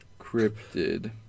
Cryptid